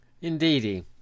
Indeedy